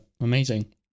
Amazing